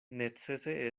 necese